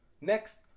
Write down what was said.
Next